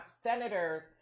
senators